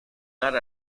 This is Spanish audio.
dar